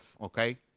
Okay